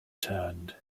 turned